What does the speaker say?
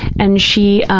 and she